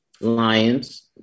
lions